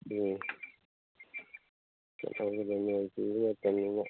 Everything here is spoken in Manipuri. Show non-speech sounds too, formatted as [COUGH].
ꯎꯝ [UNINTELLIGIBLE]